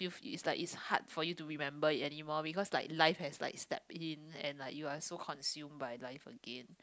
it's like it's hard for you to remember it anymore because like life has like step in and like you're so consume by life again